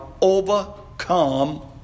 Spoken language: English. overcome